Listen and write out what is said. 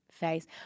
face